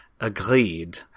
agreed